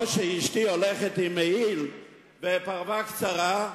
או כשאשתי הולכת עם מעיל ופרווה קצרה,